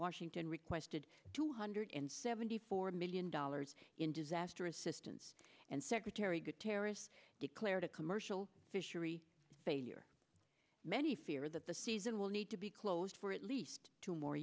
washington requested two hundred and seventy four million dollars in disaster assistance and secretary good terrorists declared a commercial fishery failure many fear that the season will need to be closed for at least two more